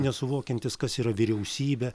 nesuvokiantys kas yra vyriausybė